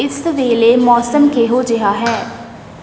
ਇਸ ਵੇਲੇ ਮੌਸਮ ਕਿਹੋ ਜਿਹਾ ਹੈ